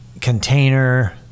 container